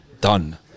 done